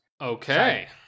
Okay